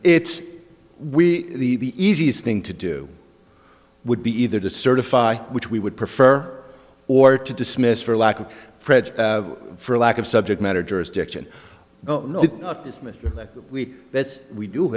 it's we the easiest thing to do would be either to certify which we would prefer or to dismiss for lack of fred's for lack of subject matter jurisdiction it's me that we that we do